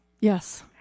Yes